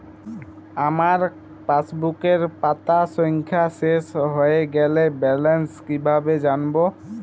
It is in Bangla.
আমার পাসবুকের পাতা সংখ্যা শেষ হয়ে গেলে ব্যালেন্স কীভাবে জানব?